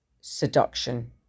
seduction